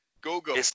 Go-Go